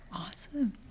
Awesome